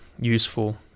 useful